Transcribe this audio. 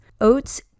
oats